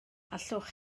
allwch